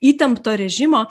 įtempto režimo